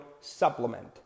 supplement